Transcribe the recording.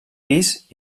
pis